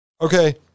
okay